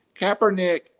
Kaepernick